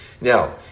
Now